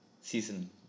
season